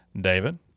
David